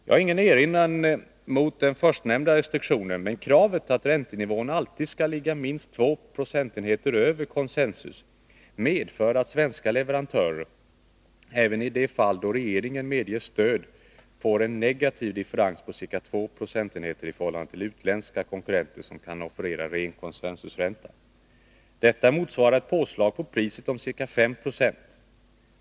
Jag har ingen erinran mot den förstnämnda restriktionen, men kravet att räntenivån alltid skall ligga minst två procentenheter över konsensus medför att svenska leverantörer, även i de fall då regeringen medger stöd, får en negativ differens på två procentenheter i förhållande till utländska konkurrenter, som kan offerera ren konsensusränta. Detta motsvarar ett påslag på priset om ca 5 Jo.